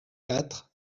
quatre